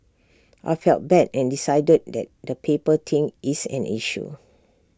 I felt bad and decided that the paper thing is an issue